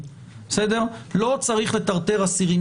זה לא פוגע באיכות התהליך הפלילי,